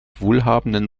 wohlhabenden